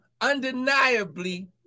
undeniably